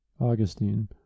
Augustine